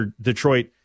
Detroit